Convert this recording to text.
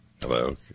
Hello